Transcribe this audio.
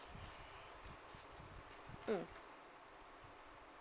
mm